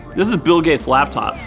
this is bill gates' laptop.